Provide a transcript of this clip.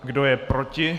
Kdo je proti?